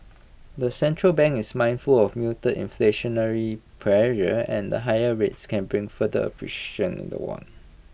the central bank is mindful of mute inflationary pressure and higher rates can bring further appreciation in the won